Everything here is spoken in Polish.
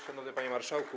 Szanowny Panie Marszałku!